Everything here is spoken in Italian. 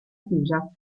chiusa